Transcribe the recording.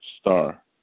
star